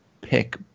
pick